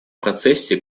процессе